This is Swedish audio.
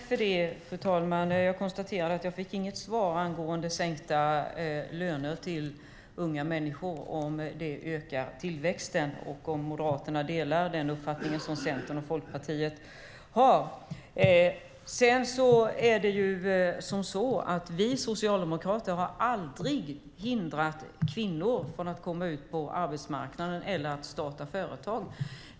Fru talman! Jag konstaterar att jag inte fick något svar på frågan om huruvida sänkta löner till unga människor ökar tillväxten och om Moderaterna delar den uppfattning Centern och Folkpartiet har. Vi socialdemokrater har aldrig hindrat kvinnor från att komma ut på arbetsmarknaden eller starta företag.